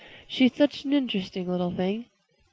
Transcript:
she's such an interesting little thing.